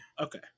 okay